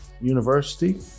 University